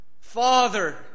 Father